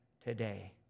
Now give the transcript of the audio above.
today